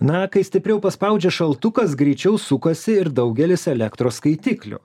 na kai stipriau paspaudžia šaltukas greičiau sukasi ir daugelis elektros skaitiklių